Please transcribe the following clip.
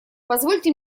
позвольте